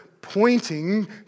pointing